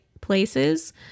places